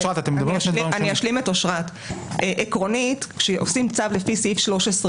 אשלים את אושרת: עקרונית כשעושים צו לפי סעיף 13,